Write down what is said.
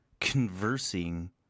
Conversing